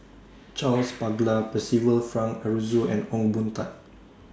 Charles Paglar Percival Frank Aroozoo and Ong Boon Tat